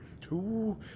two